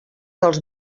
dels